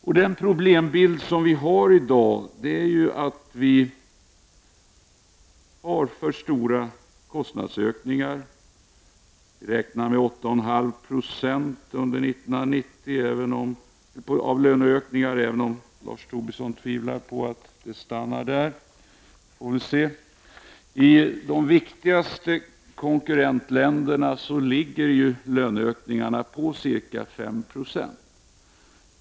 I den problembild som i dag målas upp ingår bl.a. alltför stora kostnadsökningar. Vi har att räkna med löneökningar på 8,5 20 under 1990, och Lars Tobisson tvivlar på att ökningen stannar där. I de viktigaste konkurrentländerna ligger löneökningarna på ca 5 Jo.